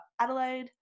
Adelaide